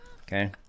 okay